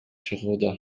чыгууда